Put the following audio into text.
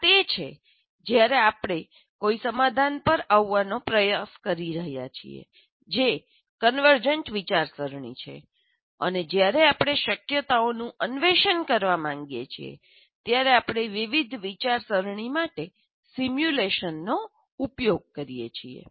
આ તે છે જ્યારે આપણે કોઈ સમાધાન પર આવવાનો પ્રયાસ કરી રહ્યા છીએ જે કન્વર્જન્ટ વિચારસરણી છે અને જ્યારે આપણે શક્યતાઓનું અન્વેષણ કરવા માગીએ છીએ ત્યારે આપણે વિવિધ વિચારસરણી માટે સિમ્યુલેશનનો ઉપયોગ કરીએ છીએ